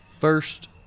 First